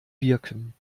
wirken